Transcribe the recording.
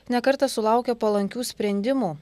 ne kartą sulaukė palankių sprendimų